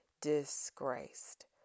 disgraced